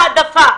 אפילו כולל העדפה.